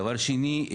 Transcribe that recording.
דבר שני,